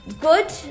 good